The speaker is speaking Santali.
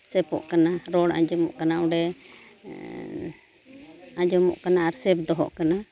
ᱚᱜ ᱠᱟᱱᱟ ᱨᱚᱲ ᱟᱸᱡᱚᱢᱚᱜ ᱠᱟᱱᱟ ᱚᱸᱰᱮ ᱟᱸᱡᱚᱢᱚᱜ ᱠᱟᱱᱟ ᱟᱨ ᱫᱚᱦᱚᱜ ᱠᱟᱱᱟ